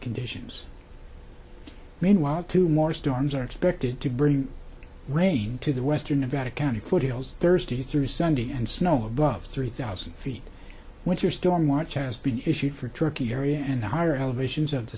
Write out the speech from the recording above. conditions meanwhile two more storms are expected to bring rain to the western nevada county foothills thursday through sunday and snow above three thousand feet winter storm watch has been issued for turkey area and higher elevation